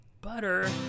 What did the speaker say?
butter